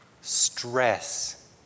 stress